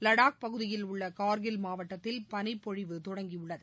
லடாக் பகுதியில் உள்ள கார்கில் மாவட்டத்தில் பனிப்பொழிய தொடங்கியுள்ளது